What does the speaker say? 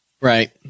Right